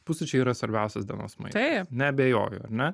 pusryčiai yra svarbiausias dienos maistas neabejoju ar ne